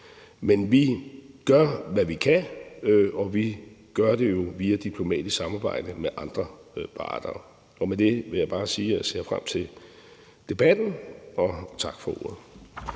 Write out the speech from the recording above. Men vi gør, hvad vi kan, og vi gør det jo via diplomatisk samarbejde med andre parter. Med det vil jeg bare sige, at jeg ser frem til debatten. Tak for ordet.